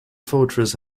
fortress